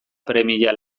premia